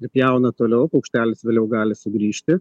nupjauna toliau paukštelis vėliau gali sugrįžti